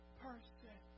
person